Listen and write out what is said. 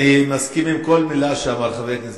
אני מסכים עם כל מלה שאמר חבר הכנסת